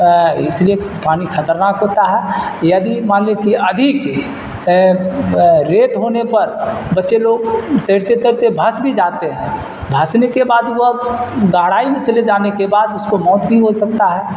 اس لیے پانی خطرناک ہوتا ہے یدی مان لیں کہ ادھک ریت ہونے پر بچے لوگ تیرتے تیرتے پھنس بھی جاتے ہیں پھنسنے کے بعد وہ گہرائی میں چلے جانے کے بعد اس کو موت بھی ہو سکتا ہے